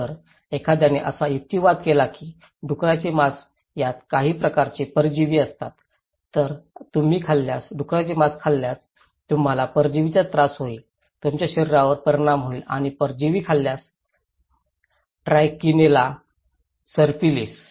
तर एखाद्याने असा युक्तिवाद केला की डुकराचे मांस यात काही प्रकारचे परजीवी असतात जर तुम्ही खाल्ल्यास डुकराचे मांस खाल्ल्यास तुम्हाला परजीवींचा त्रास होईल तुमच्या शरीरावर परिणाम होईल आणि परजीवी खाल्ल्यास ट्रायकिनेला सर्पिलिस